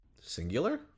Singular